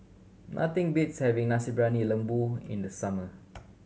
nothing beats having Nasi Briyani Lembu in the summer